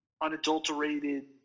unadulterated